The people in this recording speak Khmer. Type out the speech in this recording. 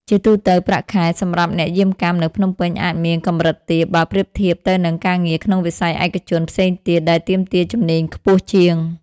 ជាទូទៅ ប្រាក់ខែ សម្រាប់អ្នកយាមកាមនៅភ្នំពេញអាចមាន កម្រិតទាប បើប្រៀបធៀបទៅនឹងការងារក្នុងវិស័យឯកជនផ្សេងទៀត ដែលទាមទារជំនាញខ្ពស់ជាង។